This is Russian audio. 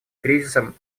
кризисом